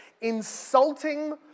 insulting